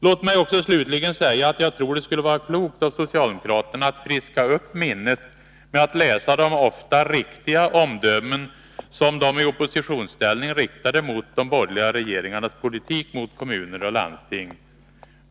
Låt mig slutligen säga att jag tror att det skulle vara klokt av socialdemokraterna att friska upp minnet med att läsa de ofta riktiga omdömen som de i oppositionsställning riktade mot borgerliga regeringars politik mot kommuner och landsting.